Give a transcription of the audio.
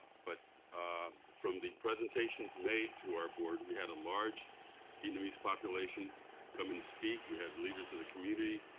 but from the presentations made to our board we had a large vietnamese population come and speak. we had leaders of the community.